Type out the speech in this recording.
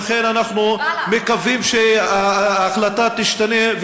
ולכן אנחנו מקווים שההחלטה תשתנה,